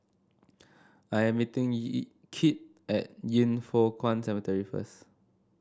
I am meeting Kit at Yin Foh Kuan Cemetery first